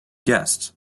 guest